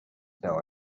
know